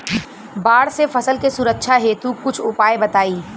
बाढ़ से फसल के सुरक्षा हेतु कुछ उपाय बताई?